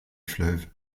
fleuve